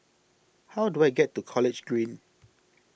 how do I get to College Green